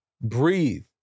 breathe